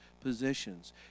positions